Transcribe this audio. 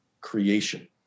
creation